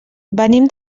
venim